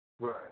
Right